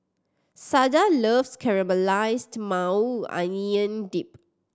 Sada loves Caramelized Maui Onion Dip